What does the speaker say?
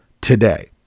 today